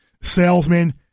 salesman